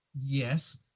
Yes